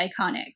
iconic